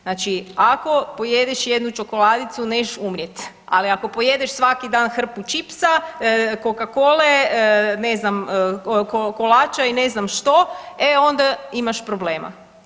Znači ako pojedeš jednu čokoladicu nećeš umrijeti, ali ako pojedeš svaki dan hrpu čipsa, coca cole ne znam kolača i ne znam što, e onda imaš problema.